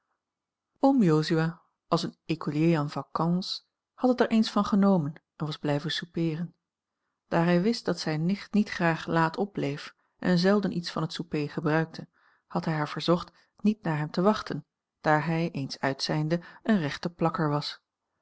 oom jozua als een écolier en vacances had het er eens van genomen en was blijven soupeeren daar hij wist dat zijne nicht niet graag laat opbleef en zelden iets van het souper gebruikte had hij haar verzocht niet naar hem te wachten daar hij eens uit zijnde een rechte plakker was